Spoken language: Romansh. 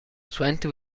suenter